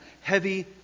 heavy